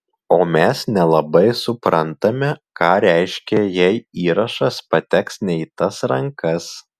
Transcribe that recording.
o mes nelabai suprantame ką reiškia jei įrašas pateks ne į tas rankas